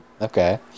okay